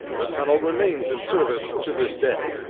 the tunnel remains in service to this day.